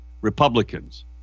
Republicans